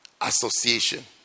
association